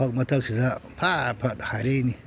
ꯐꯛ ꯃꯊꯛꯁꯤꯗ ꯐꯠ ꯐꯠ ꯍꯥꯏꯔꯛꯏꯅꯤ